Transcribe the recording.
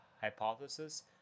hypothesis